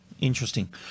Interesting